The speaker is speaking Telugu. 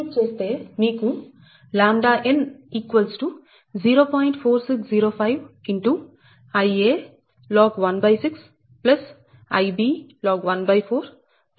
సబ్స్టిట్యూట్ చేస్తే మీకు ʎn 0